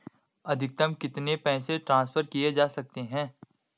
अधिकतम कितने पैसे ट्रांसफर किये जा सकते हैं?